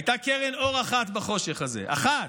הייתה קרן אור אחת בחושך הזה, אחת,